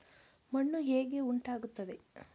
ಮಣ್ಣು ಹೇಗೆ ಉಂಟಾಗುತ್ತದೆ?